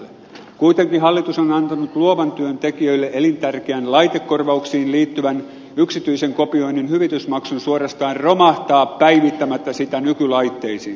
kuitenkin hallitus on antanut luovan työn tekijöille elintärkeän laitekorvauksiin liittyvän yksityisen kopioinnin hyvitysmaksun suorastaan romahtaa päivittämättä sitä nykylaitteisiin